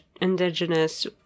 indigenous